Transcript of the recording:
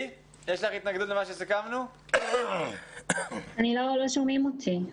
התרבות והספורט): העתירה לא מפריעה.